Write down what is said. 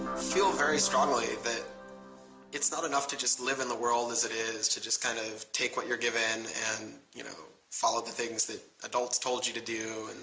feel very strongly that it's not enough to just live in the world as it is to just, kind of, take what you're given and, you know, follow the things that adults told you to do